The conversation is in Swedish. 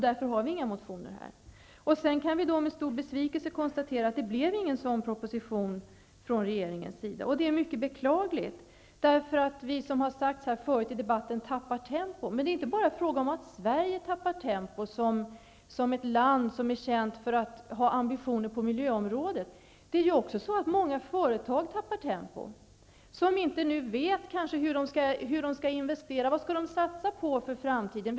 Därför har vi inga motioner här. Vi kan med stor besvikelse konstatera att det inte blev någon sådan propostion från regeringens sida. Det är mycket beklagligt, eftersom vi -- vilket har sagts tidigare i debatten -- tappar tempo. Men det är inte bara fråga om att Sverige tappar tempo, som ett land som är känt för att ha ambitioner på miljöområdet. Många företag tappar tempo. De vet nu kanske inte hur de skall investera. Vad skall de satsa på inför framtiden?